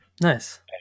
nice